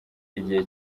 igihe